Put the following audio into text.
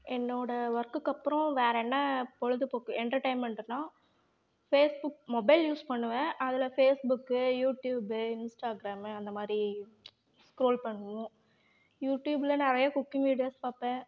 என்னோட வொர்க்குக்கு அப்புறம் வேறு என்ன பொழுதுப்போக்கு என்டர்டெயின்மெண்ட்டுன்னா ஃபேஸ்புக் மொபைல் யூஸ் பண்ணுவேன் அதில் ஃபேஸ்புக்கு யூடியூப்பு இன்ஸ்டாகிராமு அந்த மாதிரி ஸ்குரோல் பண்ணுவோம் யூடியூப்பில் நிறையா குக்கிங் வீடியோஸ் பார்ப்பேன்